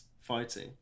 fighting